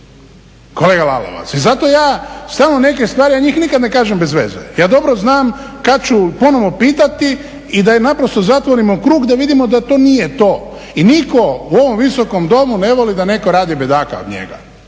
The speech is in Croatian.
Kolega Lalovac i zato ja stalno neke stvari, ja njih nikad ne kažem bez veze. Ja dobro znam kad ću ponovno pitati i da naprosto zatvorimo krug da vidimo da to nije to. I nitko u ovom Visokom domu ne voli da netko radi bedaka od njega.